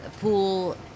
pool